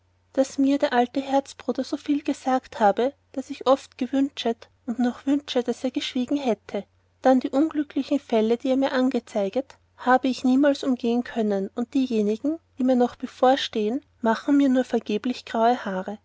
daß mir der alte herzbruder so viel gesagt habe daß ich oft gewünschet und noch wünsche daß er geschwiegen hätte dann die unglücklichen fälle die er mir angezeiget habe ich niemals umgehen können und diejenigen die mir noch bevorstehen machen mir nur vergeblich graue haare